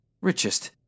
Richest